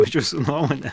už jūsų nuomonę